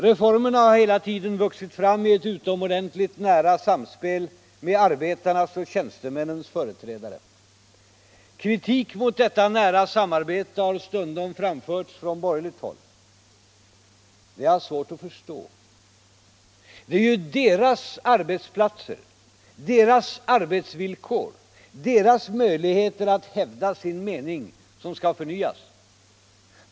Reformerna har hela tiden vuxit fram i ett utomordentligt nära samspel med arbetarnas och tjänstemännens företrädare. Kritik mot detta nära samarbete har stundom framförts från borgerligt håll. Det har jag svårt att förstå. Det är ju deras arbetsplatser, deras arbetsvillkor, deras möjligheter att hävda sin mening som skall förnyas.